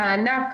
למענק.